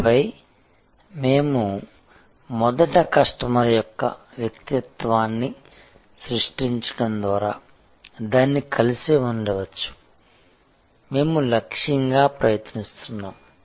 png ఆపై మేము మొదట కస్టమర్ యొక్క వ్యక్తిత్వాన్ని సృష్టించడం ద్వారా దాన్ని కలిసి ఉంచవచ్చు మేము లక్ష్యంగా ప్రయత్నిస్తున్నాము